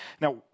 Now